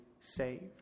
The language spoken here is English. saved